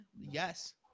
Yes